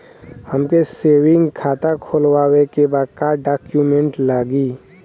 हमके सेविंग खाता खोलवावे के बा का डॉक्यूमेंट लागी?